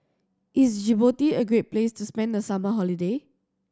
is Djibouti a great place to spend the summer holiday